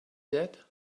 that